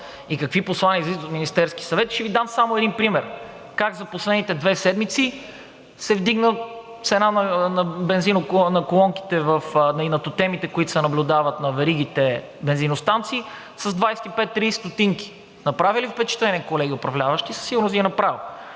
и какви послания излизат от Министерския съвет и ще Ви дам само един пример – как за последните две седмици се вдигна цената на колонките и на тотемите, които се наблюдават на веригите бензиностанции с 25 – 30 стотинки. Направи ли Ви впечатление, колеги управляващи? Със сигурност Ви е направило,